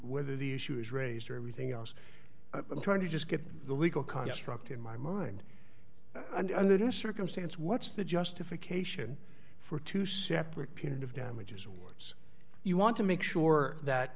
whether the issue is raised or everything else i'm trying to just get the legal construct in my mind under this circumstance what's the justification for two separate punitive damages awards you want to make sure that